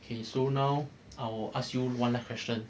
okay so now I'll ask you one last question